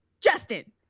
Justin